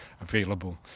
available